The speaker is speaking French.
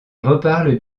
reparle